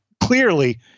clearly